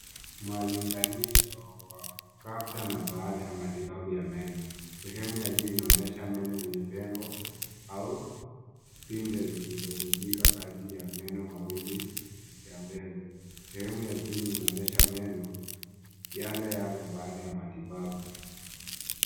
Malinganisho wa kabla na baada ya matibabu ya meno. Sehemu ya juu inaonyesha meno yenye pengo au pinde zilizovunjika kati ya meno mawili ya mbele. Sehemu ya chini inaonyesha meno yale yale baada ya matibabu.